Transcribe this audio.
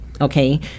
okay